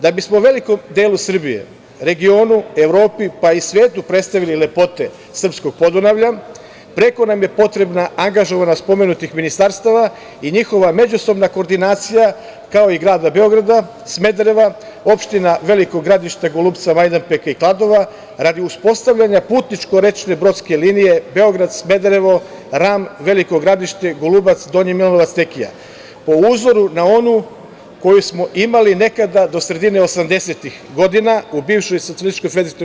Da bismo velikom delu Srbije, regionu, Evropi, pa i svetu predstavili lepote srpskog Podunavlja, preko nam je potrebna angažovanost pomenutih ministarstava i njihova međusobna koordinacija, kao i grada Beograda, Smedereva, opština Veliko Gradište, Golubca, Majdanpeka i Kladova radi uspostavljanja putničko-rečne brodske linije Beograd, Smederevo, Ram, Veliko Gradište, Golubac, Donji Milanovac, Tekija, po uzoru na onu koju smo imali nekada do sredine osamdesetih godina u bivšoj SFRJ.